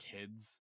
kids